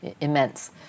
immense